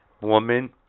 woman